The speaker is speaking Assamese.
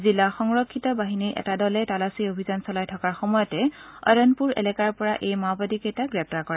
জিলা সংৰিক্ষত বাহিনীৰ এটা দলে তালাচী অভিযান চলাই থকাৰ সময়েত অৰণপুৰ এলেকাৰ পৰা এই মাওবাদী কেইটাক গ্ৰেপ্তাৰ কৰে